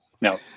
no